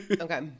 Okay